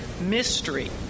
mystery